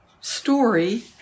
story